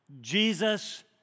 Jesus